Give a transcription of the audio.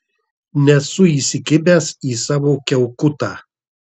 nesu įsikibęs į savo kiaukutą